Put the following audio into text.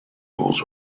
roles